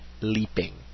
leaping